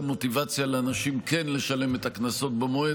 מוטיבציה לאנשים לשלם את הקנסות במועד,